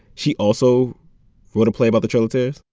she also wrote a play about the trail of tears?